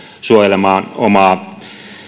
suojelemaan omaa